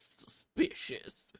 suspicious